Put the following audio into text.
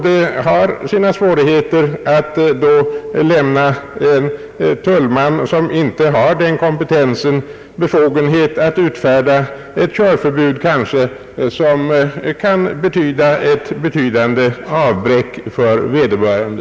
Det är svårt att lämna en tullman, som inte har den kompetensen, befogenhet att utfärda ett körförbud, som kan medföra betydande avbräck för vederbörande.